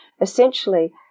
essentially